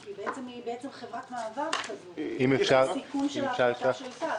כי בעצם היא מעין חברת מעבר בסיכום של ההפרטה של תע"ש.